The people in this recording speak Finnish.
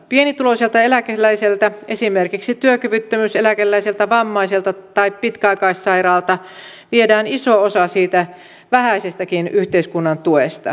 pienituloiselta eläkeläiseltä esimerkiksi työkyvyttömyyseläkeläiseltä vammaiselta tai pitkäaikaissairaalta viedään iso osa siitä vähäisestäkin yhteiskunnan tuesta